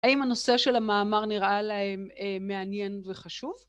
האם הנושא של המאמר נראה להם מעניין וחשוב?